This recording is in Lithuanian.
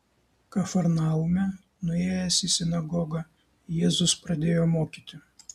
kafarnaume nuėjęs į sinagogą jėzus pradėjo mokyti